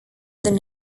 than